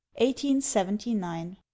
1879